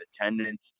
attendance